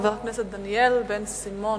חבר הכנסת דניאל בן-סימון,